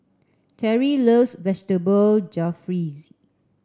Terry loves Vegetable Jalfrezi